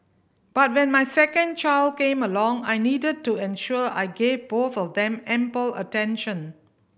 but when my second child came along I needed to ensure I gave both of them ample attention